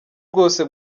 bwose